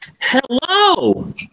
Hello